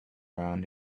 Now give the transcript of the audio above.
around